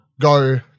Go